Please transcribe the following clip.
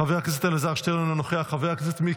חברת הכנסת מירב כהן,